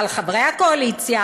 אבל חברי הקואליציה,